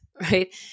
right